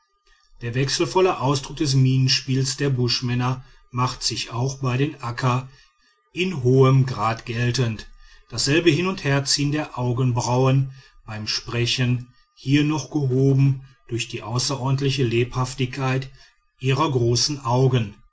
der wechselvolle ausdruck des mienenspiels der buschmänner macht sich auch bei den akka in hohem grad geltend dasselbe hin und herziehen der augenbrauen beim sprechen hier noch gehoben durch die außerordentliche lebhaftigkeit ihrer großen augen